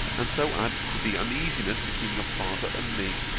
and so add to the uneasiness between your father and me.